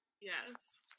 yes